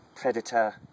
predator